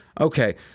Okay